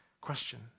question